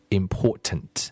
important